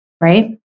Right